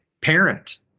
parent